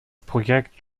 projekt